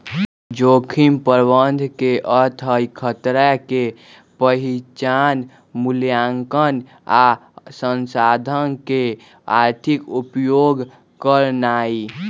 जोखिम प्रबंधन के अर्थ हई खतरा के पहिचान, मुलायंकन आ संसाधन के आर्थिक उपयोग करनाइ